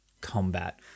combat